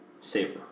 saber